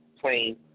plain